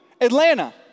Atlanta